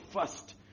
first